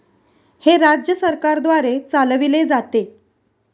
हे राज्य सरकारद्वारे चालविले जाते